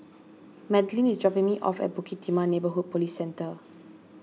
Madlyn is dropping me off at Bukit Timah Neighbourhood Police Centre